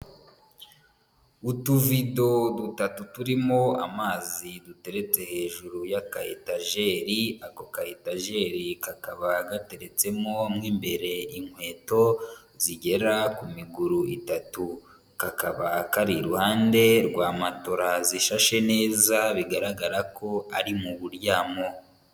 Utuvido dutatu turimo amazi duteretse hejuru ya ka etajeri, ako ka etajeri kakaba gateretsemo mu imbere inkweto zigera ku miguru itatu, kakaba kari iruhande rwa matora zishashe neza bigaragara ko ari mu buryamo.